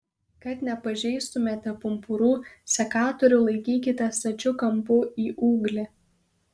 kad nepažeistumėte pumpurų sekatorių laikykite stačiu kampu į ūglį